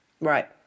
Right